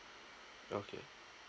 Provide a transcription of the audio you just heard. okay